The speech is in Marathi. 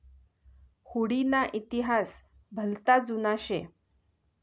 हुडी ना इतिहास भलता जुना शे